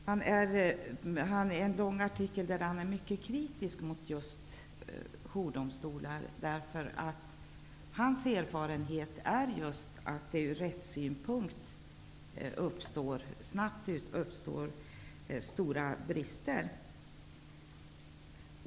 Han har skrivit en ganska lång artikel där han är mycket kritisk mot just jourdomstolar, därför att hans erfarenhet är att det ur rättssynpunkt snabbt uppstår stora brister.